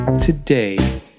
today